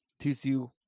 tcu